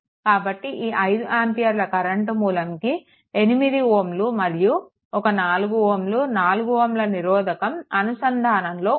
కాబట్టి ఈ 5 ఆంపియర్ల కరెంట్ మూలం కి 8 Ω మరియు ఒక 4 Ω 4 Ω నిరోధకం అనుసంధానంలో ఉంటాయి